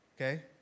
Okay